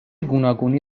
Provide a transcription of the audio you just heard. گوناگونی